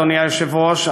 אדוני היושב-ראש,